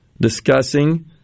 discussing